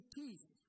peace